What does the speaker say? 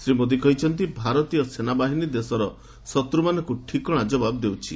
ଶ୍ରୀ ମୋଦି କହିଛନ୍ତି ଭାରତୀୟ ସେନା ବାହିନୀ ଦେଶର ଶତ୍ରମାନଙ୍କୁ ଠିକଣା ଯବାବ ଦେଉଛି